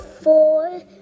four